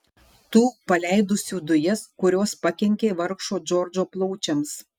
tų paleidusių dujas kurios pakenkė vargšo džordžo plaučiams